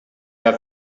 have